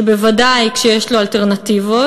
בוודאי כשיש יש לו אלטרנטיבות,